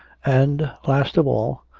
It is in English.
and, last of all,